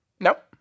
Nope